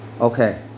Okay